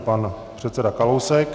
Pan předseda Kalousek.